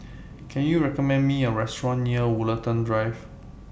Can YOU recommend Me A Restaurant near Woollerton Drive